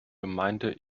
gemeinde